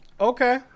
Okay